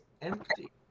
empty